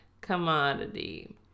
commodity